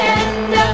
end